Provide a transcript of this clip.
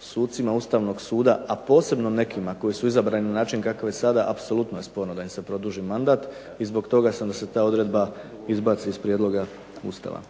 sucima Ustavnog suda, a posebno nekima koji su izabrani na način kakav je sada apsolutno je sporno da im se produži mandat, i zbog toga sam da se ta odredba izbaci iz prijedloga Ustava,